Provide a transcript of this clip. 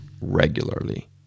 regularly